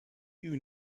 you